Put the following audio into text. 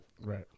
Right